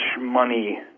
money